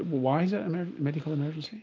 why is it and a medical emergency?